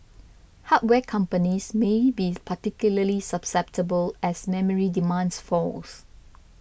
hardware companies may be particularly susceptible as memory demand falls